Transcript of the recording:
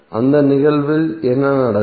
அந்த நிகழ்வில் என்ன நடக்கும்